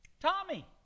Tommy